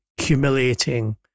Humiliating